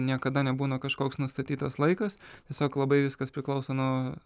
niekada nebūna kažkoks nustatytas laikas tiesiog labai viskas priklauso nuo